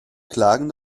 klagen